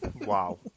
Wow